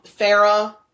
Farah